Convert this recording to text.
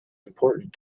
important